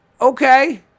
Okay